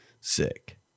sick